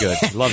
good